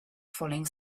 falling